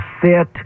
fit